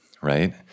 right